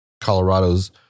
Colorado's